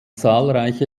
zahlreiche